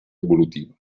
evolutiva